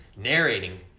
narrating